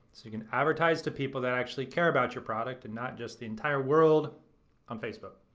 so you can advertise to people that actually care about your product and not just the entire world on facebook.